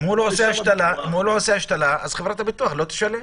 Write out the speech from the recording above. אם הוא לא עושה השתלה, חברת הביטוח לא תשלם.